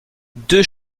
deux